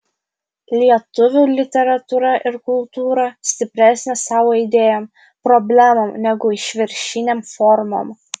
lietuvių literatūra ir kultūra stipresnė savo idėjom problemom negu išviršinėm formom